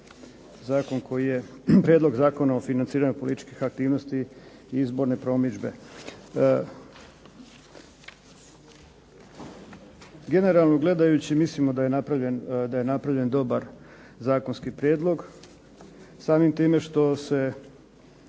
zakon koji je, prijedlog Zakona o financiranju političkih aktivnosti i izborne promidžbe. Generalno gledajući mislimo da je napravljen dobar zakonski prijedlog, samim time što se